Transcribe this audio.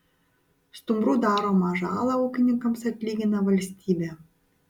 stumbrų daromą žalą ūkininkams atlygina valstybė